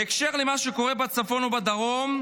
בהקשר למה שקורה בצפון ובדרום,